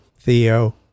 Theo